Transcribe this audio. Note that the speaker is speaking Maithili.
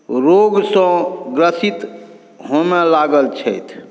रोगसँ ग्रसित होमए लागल छथि